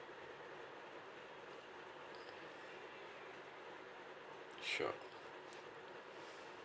sure